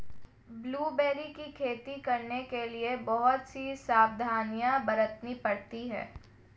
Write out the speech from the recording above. blueberry की खेती करने के लिए बहुत सी सावधानियां बरतनी पड़ती है